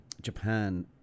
Japan